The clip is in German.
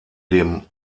dem